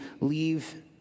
leave